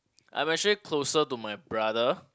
I'm actually closer to my brother